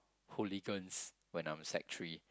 hooligans when I'm sec three